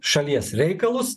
šalies reikalus